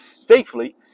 safely